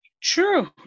True